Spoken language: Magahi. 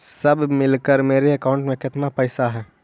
सब मिलकर मेरे अकाउंट में केतना पैसा है?